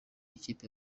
ikipe